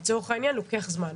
לצורך העניין, לוקח זמן.